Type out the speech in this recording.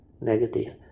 negative